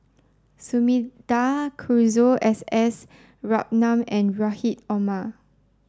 Sumida Haruzo S S Ratnam and Rahim Omar